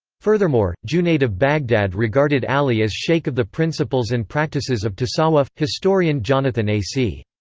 furthermore, junayd of baghdad regarded ali as sheikh of the principals and practices of tasawwuf historian jonathan a c.